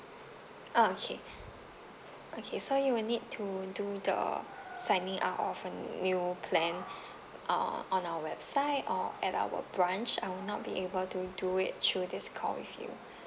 ah okay okay so you will need to do the signing up of a new plan uh on our website or at our branch I will not be able to do it through this call with you